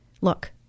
Look